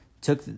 took